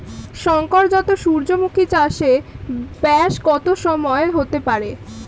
শংকর জাত সূর্যমুখী চাসে ব্যাস কত সময় হতে পারে?